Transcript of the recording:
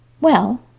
Well